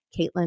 Caitlin